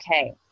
okay